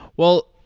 well,